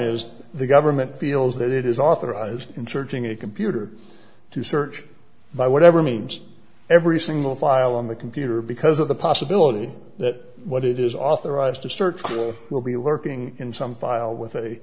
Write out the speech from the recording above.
is the government feels that it is authorized in searching a computer to search by whatever means every single file on the computer because of the possibility that what it is authorized to search will be lurking in some file with